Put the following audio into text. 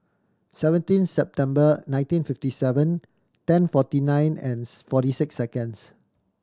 seventeen September nineteen fifty seven ten forty nine and forty six seconds